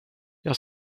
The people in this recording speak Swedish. jag